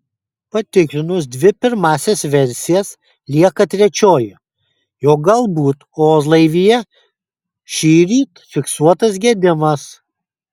patikrinus dvi pirmąsias versijas lieka trečioji jog galbūt orlaivyje šįryt fiksuotas gedimas